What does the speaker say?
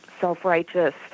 self-righteous